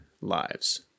lives